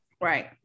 right